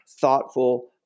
Thoughtful